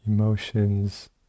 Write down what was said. emotions